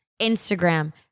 Instagram